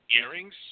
earrings